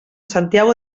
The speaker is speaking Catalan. santiago